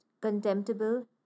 contemptible